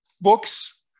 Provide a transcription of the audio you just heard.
books